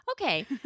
okay